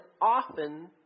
often